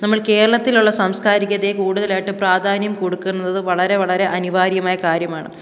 നമ്മൾ കേരളത്തിലുള്ള സാംസ്കാരികതയെ കൂടുതലായിട്ട് പ്രാധാന്യം കൊടുക്കുന്നത് വളരെ വളരെ അനിവാര്യമായ കാര്യമാണ്